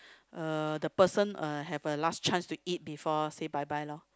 uh the person uh have a last chance to eat before say bye bye lor